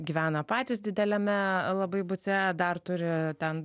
gyvena patys dideliame labai bute dar turi ten